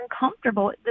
uncomfortable